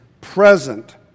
present